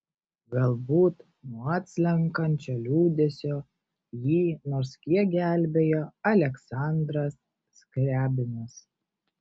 galbūt nuo atslenkančio liūdesio jį nors kiek gelbėjo aleksandras skriabinas